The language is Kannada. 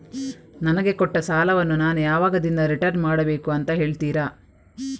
ನನಗೆ ಕೊಟ್ಟ ಸಾಲವನ್ನು ನಾನು ಯಾವಾಗದಿಂದ ರಿಟರ್ನ್ ಮಾಡಬೇಕು ಅಂತ ಹೇಳ್ತೀರಾ?